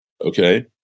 Okay